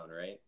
right